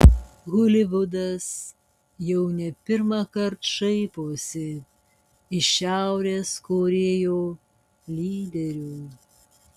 holivudas jau ne pirmąkart šaiposi iš šiaurės korėjo lyderių